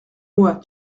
moi